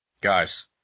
Guys